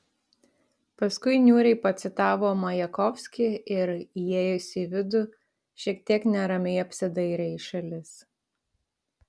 paskui niūriai pacitavo majakovskį ir įėjusi į vidų šiek tiek neramiai apsidairė į šalis